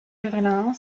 berlin